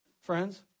friends